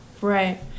right